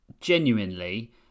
genuinely